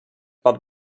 but